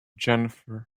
jennifer